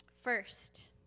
First